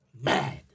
mad